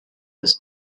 this